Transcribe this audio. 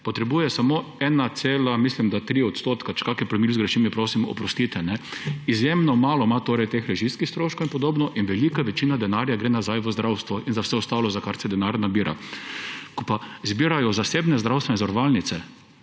potrebuje samo 1,3 %. Če kakšno promilo zgrešim, mi prosim oprostite. Izjemno malo ima torej teh režijskih stroškov in podobno. Velika večina denarja gre nazaj v zdravstvo ter za vse ostalo, za kar se denar nabira. Ko pa zbirajo zasebne zdravstvene zavarovalnice,